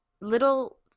little